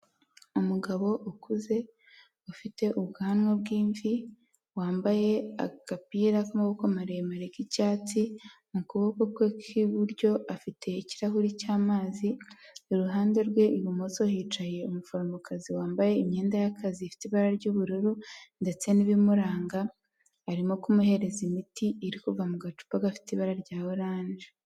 Umugabo ukuze ufite ubwanwa bw'imvi wambaye agapira k'amaboko maremare k'icyatsi mu kuboko kwe kw'iburyo afite ikirahuri cy'amazi iruhande rwe ibumoso hicaye umuforomokazi wambaye imyenda y'akazi ifite ibara ry'ubururu ndetse n'ibimuranga arimo kumuhereza imiti iri kuva mu gacupa gafite ibara rya orange.